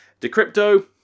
Decrypto